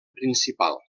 principal